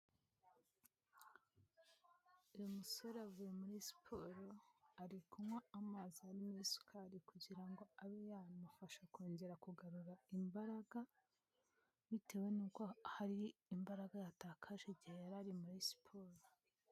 Uyu musore avuye muri siporo, ari kunywa amazi arimo isukari kugira ngo abe yanamufasha kongera kugarura imbaraga, bitewe nuko hari imbaraga yatakaje igihe yari ari muri siporo.